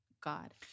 God